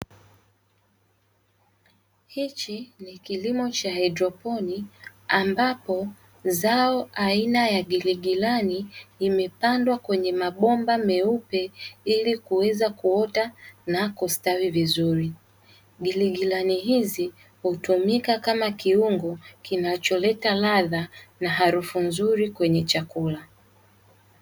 Hiki ni kilimo cha haidroponi ambapo zao aina ya giligilani limepandwa kwenye mabomba meupe ili kuweza kuota na kustawi vizuri. Giligilani hizi hutumika kama kiungo kinacholeta ladha, na harufu nzuri kwenye chakula.